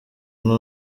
nta